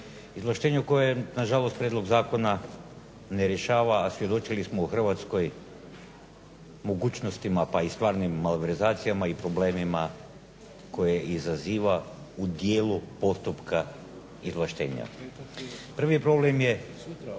izvlaštenju koja je na žalost prijedlog zakona ne rješava, a svjedočili smo u Hrvatskoj mogućnostima pa i stvarnim malverzacijama i problemima koje izaziva u dijelu postupka izvlaštenja. Prvi problem je